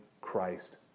Christ